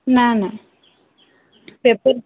ନାଁ ନାଁ ପେପର୍